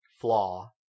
flaw